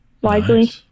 wisely